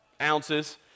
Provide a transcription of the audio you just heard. ounces